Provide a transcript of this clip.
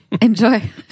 Enjoy